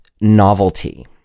novelty